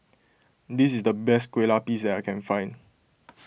this is the best Kueh Lapis that I can find